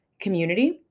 community